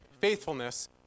faithfulness